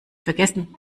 vergessen